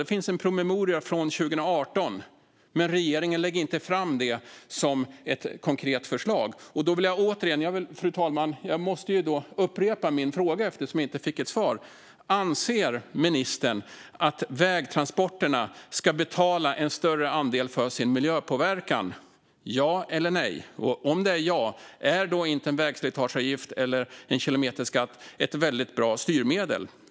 Det finns en promemoria från 2018, men regeringen lägger inte fram den som ett konkret förslag. Fru talman! Jag måste upprepa min fråga eftersom jag inte fick ett svar. Anser ministern att vägtransporterna ska betala en större andel för sin miljöpåverkan, ja eller nej? Om svaret är ja, är då inte en vägslitageavgift eller en kilometerskatt ett väldigt bra styrmedel?